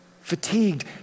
fatigued